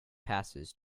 passes